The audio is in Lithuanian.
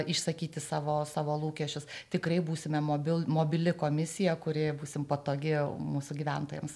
išsakyti savo savo lūkesčius tikrai būsime mobil mobili komisija kuri būsim patogi mūsų gyventojams